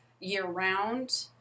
year-round